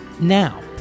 Now